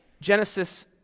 Genesis